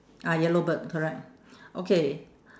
ah yellow bird correct okay